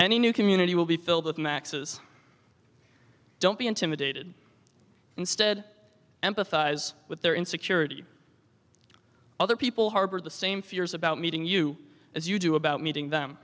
any new community will be filled with max's don't be intimidated instead empathize with their insecurity other people harbor the same fears about meeting you as you do about meeting them